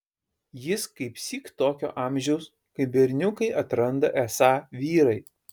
jis kaipsyk tokio amžiaus kai berniukai atranda esą vyrai